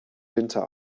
winter